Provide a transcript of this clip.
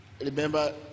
Remember